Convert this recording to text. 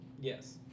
Yes